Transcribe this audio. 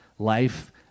life